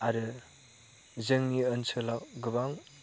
आरो जोंनि ओनसोलाव गोबां